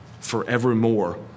forevermore